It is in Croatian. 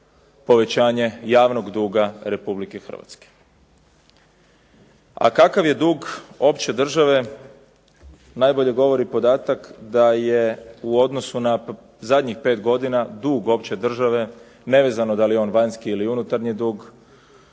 povećanje javnog duga Republike Hrvatske. A kakav je dug opće države najbolje govori podatak da je u odnosu na zadnjih pet godina dug opće države nevezano da li je on vanjski ili unutarnji dug